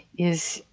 is,